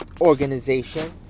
Organization